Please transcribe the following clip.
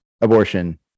abortion